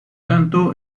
tanto